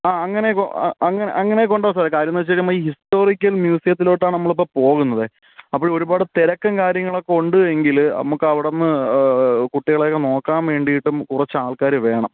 ആ അങ്ങനെ കൊ അങ്ങനെ കൊണ്ടുപോകാം സാറേ കാര്യമെന്നു വെച്ചുകഴിഞ്ഞാൽ നമ്മൾ ഈ ഹിസ്റ്റോറിക്കൽ മ്യുസിയത്തിലോട്ടാണ് നമ്മളിപ്പോൾ പോകുന്നത് അപ്പോഴേ ഒരുപാട് തിരക്കും കാര്യങ്ങളൊക്കെ ഉണ്ട് എങ്കിൽ നമുക്കവിടുന്നു കുട്ടികളെയൊക്കെ നോക്കാൻ വേണ്ടീട്ടും കുറച്ചാൾക്കാർ വേണം